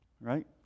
right